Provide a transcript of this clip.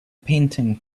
painting